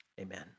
amen